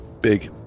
Big